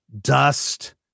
dust